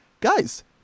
Guys